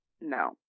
No